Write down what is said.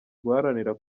guharanira